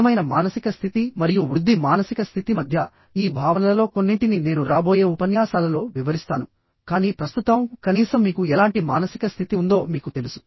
స్థిరమైన మానసిక స్థితి మరియు వృద్ధి మానసిక స్థితి మధ్య ఈ భావనలలో కొన్నింటిని నేను రాబోయే ఉపన్యాసాలలో వివరిస్తాను కానీ ప్రస్తుతం కనీసం మీకు ఎలాంటి మానసిక స్థితి ఉందో మీకు తెలుసు